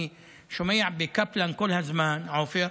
אני שומע בקפלן כל הזמן, עופר,